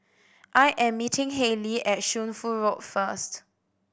I am meeting Hailee at Shunfu Road first